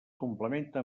complementa